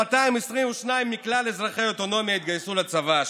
ש-1,222 מכלל אזרחי האוטונומיה התגייסו לצבא השנה.